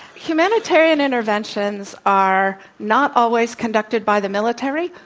humanitarian interventions are not always conducted by the military,